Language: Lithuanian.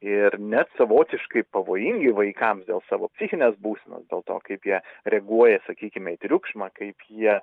ir net savotiškai pavojingi vaikams dėl savo psichinės būsenos dėl to kaip jie reaguoja sakykime į triukšmą kaip jie